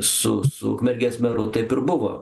su su ukmergės meru taip ir buvo